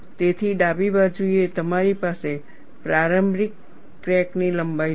તેથી ડાબી બાજુએ તમારી પાસે પ્રારંભિક ક્રેકની લંબાઈ છે